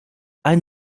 ein